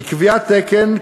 בקביעת תקן,